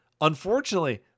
unfortunately